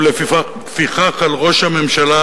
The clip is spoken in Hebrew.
ולפיכך על ראש הממשלה,